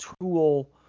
tool